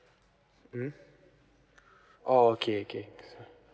mm oh okay okay